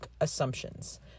assumptions